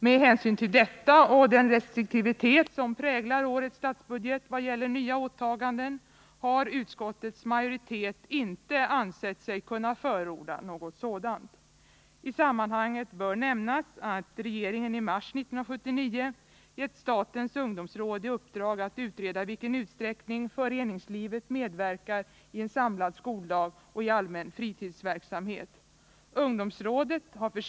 Med hänsyn till detta och till den restriktivitet som präglar årets statsbudget vad gäller nya åtaganden har en majoritet i utskottet inte ansett sig kunna förorda något sådant bidrag. I sammanhanget bör nämnas att regeringen i mars 1979 gett statens ungdomsråd i uppdrag att utreda i vilken utsträckning föreningslivet medverkar när det gäller den samlade skoldagen och den allmänna fritidsverksamheten.